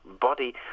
body